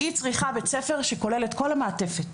היא צריכה בית ספר שכולל את כל המעטפת.